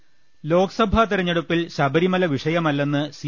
ലോക്സഭാ ് തിരഞ്ഞെടുപ്പിൽ ശബരിമല വിഷയമല്ലെന്ന് സി